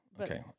Okay